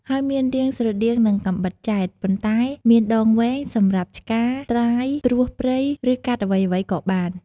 ហើយមានរាងស្រដៀងនឹងកាំបិតចែត ប៉ុន្តែមានដងវែងសម្រាប់ឆ្ការ ត្រាយ ត្រួសព្រៃ ឬកាត់អ្វីៗក៏បាន ។